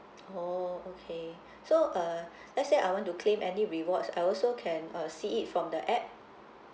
oh okay so uh let's say I want to claim any rewards I also can uh see it from the app